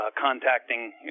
contacting